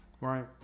right